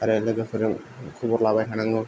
आरो लोगोफोरजों खबर लालायखानांगौ